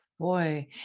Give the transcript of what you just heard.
Boy